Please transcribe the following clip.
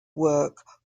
work